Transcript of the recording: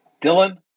Dylan